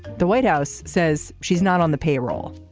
the white house says she's not on the payroll